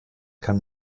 kann